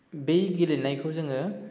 बै गेलेनायखौ जोङो